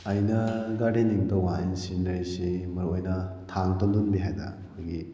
ꯑꯩꯅ ꯒꯥꯔꯗꯦꯅꯤꯡ ꯇꯧꯕ ꯀꯥꯟ ꯑꯩꯅ ꯁꯤꯖꯤꯟꯅꯔꯤꯁꯤ ꯃꯔꯨ ꯑꯣꯏꯅ ꯊꯥꯡ ꯇꯨꯝꯗꯨꯝꯕꯤ ꯍꯥꯏꯗꯅ ꯑꯩꯈꯣꯏꯒꯤ